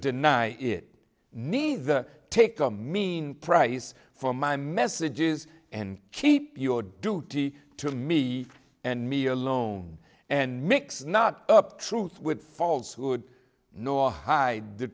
deny it neither take a mean price for my messages and keep your duty to me and me alone and mix not up truth with falshood nor hide the